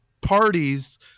parties